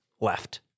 left